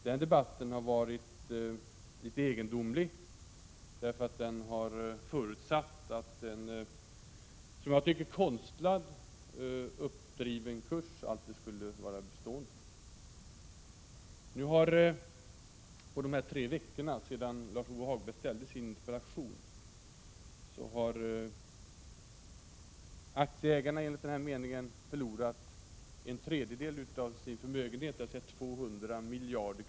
Den debatten har varit litet egendomlig, eftersom den har förutsatt att en som jag tycker konstlat uppdriven kurs skulle vara bestående. Nu har på de tre veckor sedan Lars-Ove Hagberg ställde sin interpellation aktieägarna förlorat en tredjedel av sin förmögenhet, dvs. 200 miljarder.